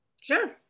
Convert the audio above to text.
Sure